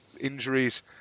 injuries